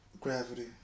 Gravity